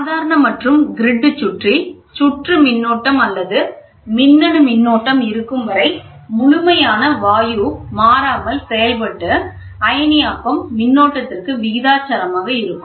சாதாரண மற்றும்கிரிட் சுற்றில் சுற்று மின்னோட்டம் அல்லது மின்னணு மின்னோட்டம் இருக்கும் வரை முழுமையான வாயு மாறாமல் செயல்பட்டு அயனியாக்கம் மின்னோட்டத்திற்கு விகிதாசாரமாக இருக்கும்